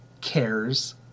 cares